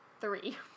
three